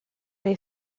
les